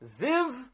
Ziv